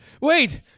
Wait